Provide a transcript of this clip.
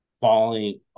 falling